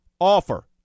offer